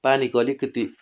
पानीको अलिकति